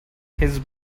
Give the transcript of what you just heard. his